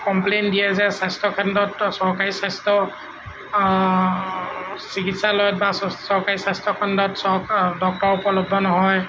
complain দিয়ে যে স্বাস্থ্যকেন্দ্ৰত চৰকাৰী স্বাস্থ্য চিকিৎসালয়ত বা চৰকাৰী স্বাস্থ্যখণ্ডত চৰ ডক্টৰ উপলব্ধ নহয়